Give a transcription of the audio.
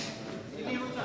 אפשר לתת לה מהצד, אם היא רוצה.